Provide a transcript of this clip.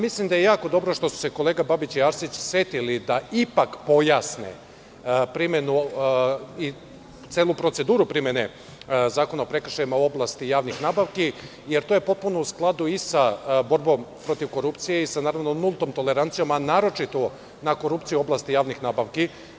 Mislim da je jako dobro što su se kolege Arsić i Babić setili da ipak pojasne primenu i celu proceduru primene zakona o prekršajima u oblasti javnih nabavki, jer je to potpuno u skladu i sa borbom protiv korupcije i sa nultom tolerancijom, a naročito na korupciju u oblasti javnih nabavki.